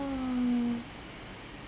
oh